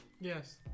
Yes